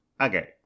Okay